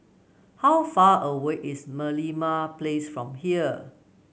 how far away is Merlimau Place from here